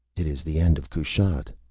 it is the end of kushat.